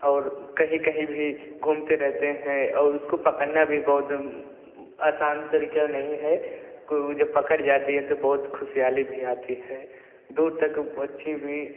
और कहीं कहीं भी घूमते रहते हैं और उसको पकड़ना भी बहुत आसान तरीका नहीं है को जब पड़ जाते हैं ब तो बहुत खुशीहाली भी आती है दूर तक पक्षी भी